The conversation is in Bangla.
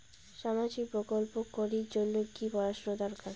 সামাজিক প্রকল্প করির জন্যে কি পড়াশুনা দরকার?